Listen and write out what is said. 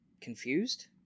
confused